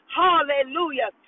hallelujah